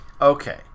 Okay